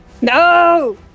No